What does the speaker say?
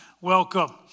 welcome